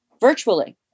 virtually